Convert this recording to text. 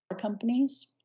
companies